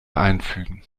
einfügen